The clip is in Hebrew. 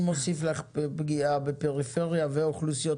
אני מוסיף לפגיעה בפריפריה את האוכלוסיות